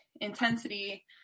intensity